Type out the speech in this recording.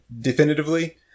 definitively